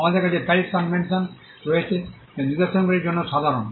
আমাদের কাছে Paris convention রয়েছে যা নিদর্শনগুলির জন্যও সাধারণ